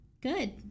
Good